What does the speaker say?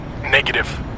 Negative